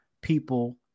people